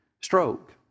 stroke